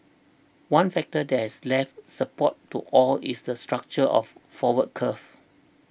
one factor that has lent support to oil is the structure of forward curve